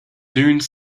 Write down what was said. dune